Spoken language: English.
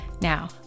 Now